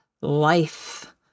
life